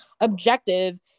objective